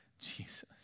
Jesus